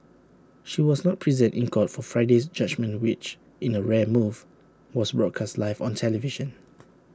she was not present in court for Friday's judgement which in A rare move was broadcast live on television